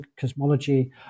cosmology